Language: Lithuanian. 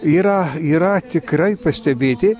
yra yra tikrai pastebėti